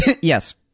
Yes